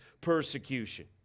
persecution